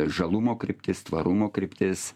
žalumo kryptis tvarumo kryptis